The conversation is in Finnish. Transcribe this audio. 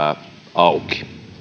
auki